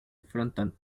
frontón